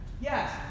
Yes